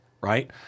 right